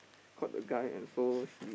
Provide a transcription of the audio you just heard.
caught the guy and so he